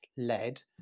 Lead